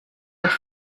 doch